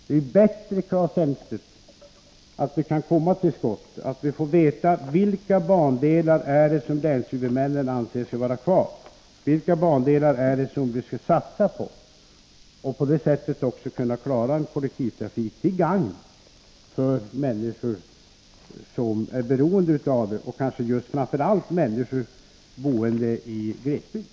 Det är bättre, Claes Elmstedt, att vi kan komma till skott, att vi får veta vilka bandelar som länshuvudmännen anser bör vara kvar och som vi skall satsa på, så att vi på det sättet också kan klara en kollektivtrafik till gagn för människor som är beroende av den, kanske framför allt människor som bor i glesbygd.